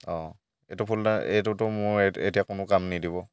অঁ এইটো ফুলদা এইটোতো মোৰ এতিয়া কোনো কাম নিদিব